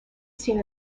seen